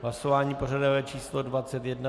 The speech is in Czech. Hlasování pořadové číslo 21.